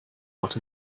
out